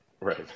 Right